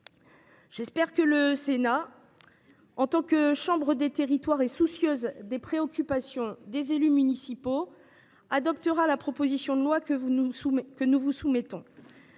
J’espère aussi que le Sénat, en tant que chambre des territoires, soucieuse des préoccupations des élus municipaux, adoptera la proposition de loi que nous vous soumettons,